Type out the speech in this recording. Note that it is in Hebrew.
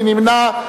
מי נמנע?